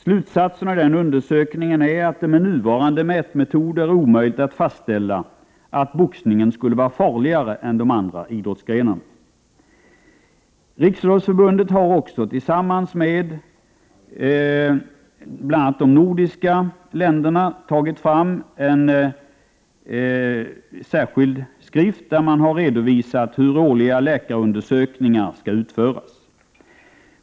Slutsatserna i undersökningen är att det med nuvarande mätmetoder är omöjligt att fastställa att boxningen skulle vara farligare än de andra idrottsgrenarna. Riksidrottsförbundet har också tillsammans med bl.a. representanter från de nordiska länderna tagit fram en särskild skrift där man har redovisat hur årliga läkarundersökningar skall utföras.